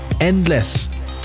endless